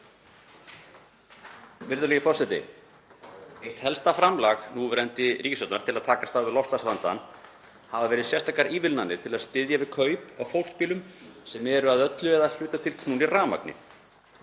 Virðulegi forseti. Eitt helsta framlag núverandi ríkisstjórnar til að takast á við loftslagsvandann hafa verið sérstakar ívilnanir til að styðja við kaup á fólksbílum sem eru að öllu leyti eða að hluta knúnir rafmagni.